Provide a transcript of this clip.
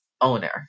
owner